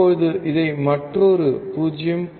இப்போது இதை மற்றொரு 0